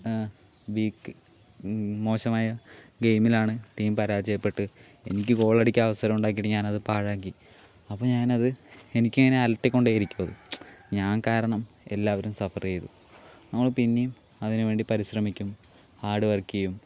week മോശമായ ഗെയിമിലാണ് team പരാജയപ്പെട്ട് എനിക്ക് ഗോളടിക്കാൻ അവസരം ഉണ്ടാക്കിയിട്ട് ഞാൻ അത് പാഴാക്കി അപ്പോൾ ഞാൻ അത് എനിക്ക് ഇങ്ങനെ അലട്ടിക്കൊണ്ടേ ഇരിക്കും അത് ഞാൻ കാരണം എല്ലാവരും സഫർ ചെയ്തു നമ്മൾ പിന്നെയും അതിനു വേണ്ടി പരിശ്രമിക്കും ഹാർഡ് വർക്ക് ചെയ്യും